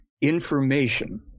information